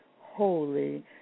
holy